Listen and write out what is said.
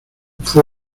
fue